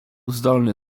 zdolny